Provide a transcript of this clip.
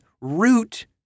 root